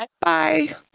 Bye